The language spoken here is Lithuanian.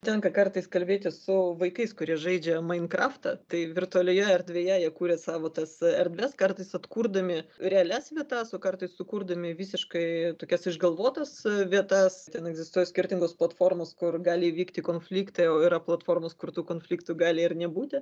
tenka kartais kalbėti su vaikais kurie žaidžia mainkraftą tai virtualioje erdvėje jie kuria savo tas erdves kartais atkurdami realias vietas o kartais sukurdami visiškai tokias išgalvotas vietas ten egzistuoja skirtingos platformos kur gali įvykti konfliktai o yra platformos kur tų konfliktų gali ir nebūti